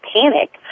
panic